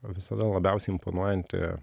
visada labiausiai imponuojanti